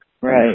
Right